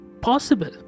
possible